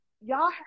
y'all